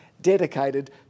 dedicated